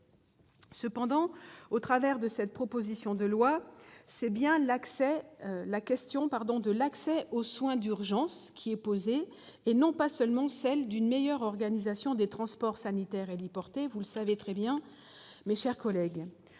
collègues, au travers de cette proposition de loi, c'est bien la question de l'accès aux soins d'urgence qui est posée et non pas seulement celle d'une meilleure organisation des transports sanitaires héliportés. De fait, une meilleure